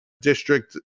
district